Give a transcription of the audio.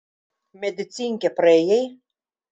medicinkę praėjai